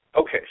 Okay